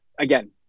again